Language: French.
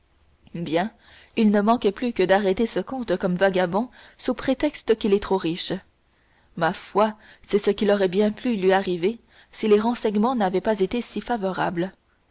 bien il ne manquait plus que d'arrêter le comte comme vagabond sous prétexte qu'il est trop riche ma foi c'est ce qui aurait bien pu lui arriver si les renseignements n'avaient pas été si favorables